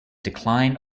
decline